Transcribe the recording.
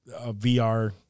VR